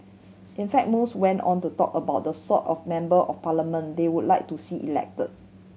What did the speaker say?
in fact most went on to talk about the sort of Member of Parliament they would like to see elected